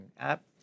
app